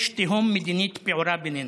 יש תהום מדינית פעורה בינינו.